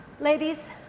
Ladies